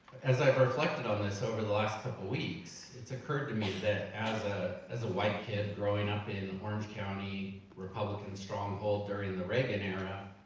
as i've reflected on this over the last couple of weeks, it's occurred to me that as ah as a white kid growing up in orange county, republican strong-hold during the reagan era,